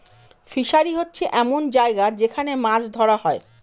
fishery হচ্ছে এমন জায়গা যেখান মাছ ধরা হয়